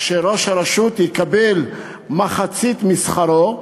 שראש הרשות יקבל מחצית משכרו,